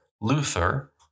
Luther